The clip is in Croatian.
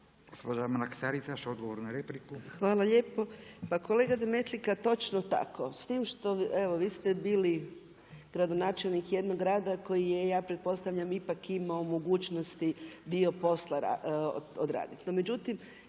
**Mrak-Taritaš, Anka (Nezavisni)** Hvala lijepo. Pa kolega Demetlika, točno tako, s tim što evo, vi ste bili gradonačelnik jednog grada koji je ja pretpostavljam, ipak imao mogućnosti dio posla odraditi.